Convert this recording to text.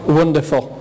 wonderful